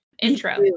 intro